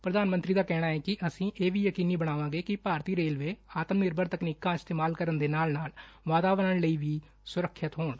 ਪ੍ਰਧਾਨ ਮੰਤਰੀ ਦਾ ਕਹਿਣਾ ਏ ਕਿ ਅਸੀਂ ਇਹ ਵੀ ਯਕੀਨੀ ਬਣਾਵਾਂਗੇ ਕਿ ਭਾਰਤੀ ਰੇਲਵੇ ਆਤਮ ਨਿਰਭਰ ਤਕਨੀਕਾ ਇਸਤੇਮਾਲ ਕਰਨ ਦੇ ਨਾਲ ਨਾਲ ਵਾਤਾਵਰਨ ਲਈ ਵੀ ਸੁਰੱਖਿਅਤ ਹੋਣ